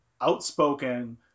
outspoken